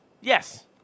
Yes